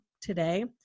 today